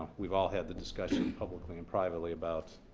we've all had the discussions publicly and privately about